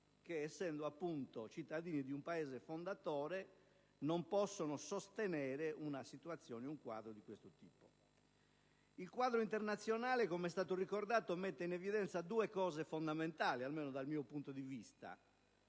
che essendo appunto cittadini di un Paese fondatore non possono sostenere una situazione e un quadro di questo tipo. Il quadro internazionale, come è stato ricordato, mette in evidenza due aspetti fondamentali, almeno dal mio punto di vista.